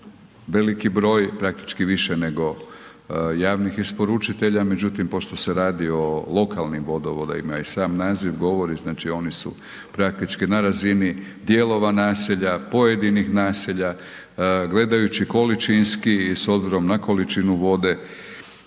veliki broj, praktički više nego javnih isporučitelja. Međutim, pošto se radi o lokalnim vodovodima i sam naziv govori znači oni su praktički na razini dijelova naselja, pojedinih naselja. Gledajući količinski i s obzirom na količinu vode